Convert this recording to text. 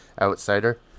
outsider